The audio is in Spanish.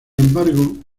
embargo